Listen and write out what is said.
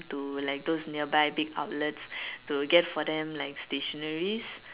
to like those nearby big outlets to get for them like stationery